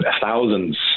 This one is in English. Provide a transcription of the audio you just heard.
Thousands